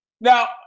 Now